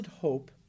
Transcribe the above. hope